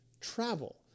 travel